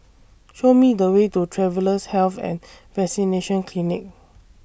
Show Me The Way to Travellers' Health and Vaccination Clinic